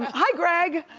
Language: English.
hi, greg,